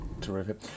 Terrific